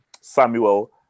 Samuel